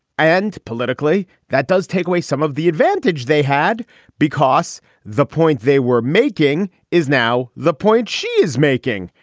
and politically that does take away some of the advantage they had because the point they were making is now the point she is making.